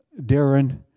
Darren